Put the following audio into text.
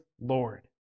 Lord